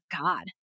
God